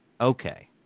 Okay